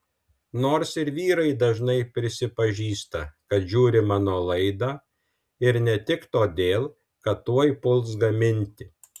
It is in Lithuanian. nors ir vyrai dažnai prisipažįsta kad žiūri mano laidą ir ne tik todėl kad tuoj puls gaminti